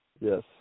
Yes